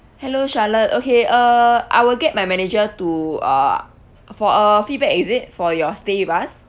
hello charlotte okay uh I will get my manager to uh for a feedback is it for your stay with us